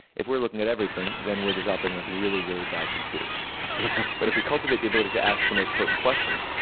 if we're looking at everything, then we're just operating like really, really bad computers but if we cultivate the ability to ask the most potent question